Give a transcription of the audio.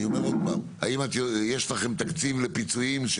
יש לכם תקציב לפיצויים?